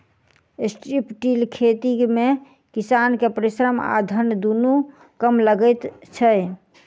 strip till खेती मे किसान के परिश्रम आ धन दुनू कम लगैत छै